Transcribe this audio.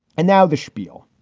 and now the spiel,